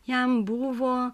jam buvo